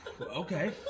Okay